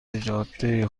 جاده